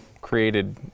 created